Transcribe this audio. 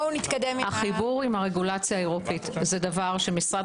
החיבור עם הרגולציה האירופית זה דבר שמשרד